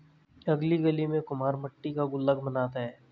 अगली गली में कुम्हार मट्टी का गुल्लक बनाता है